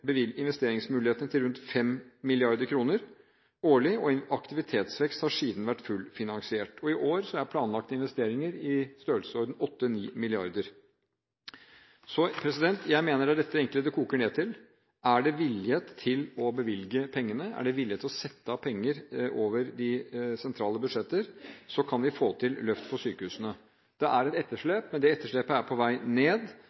Stortinget investeringsmulighetene til rundt 5. mrd. kr årlig, og en aktivitetsvekst har siden vært fullfinansiert. I år er planlagte investeringer i størrelsesordenen 8–9 mrd. kr. Jeg mener det er dette det egentlig koker ned til: Er det vilje til å bevilge pengene, er det vilje til å sette av penger over de sentrale budsjetter, kan vi få til løft på sykehusene. Det er et etterslep, men det er på vei ned,